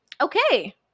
Okay